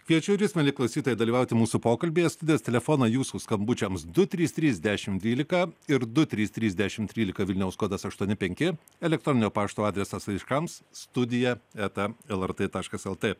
kviečiu ir jus mieli klausytojai dalyvauti mūsų pokalbyje stoties telefoną jūsų skambučiams du trys trys dešimt dvylika ir du trys trys dešimt trylika vilniaus kodas aštuoni penki elektroninio pašto adresas laiškams studija eta lrt taškas lt